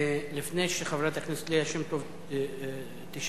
לפני שחברת הכנסת ליה שמטוב תשאל,